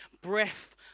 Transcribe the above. breath